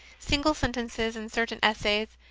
single sentences in certain essays,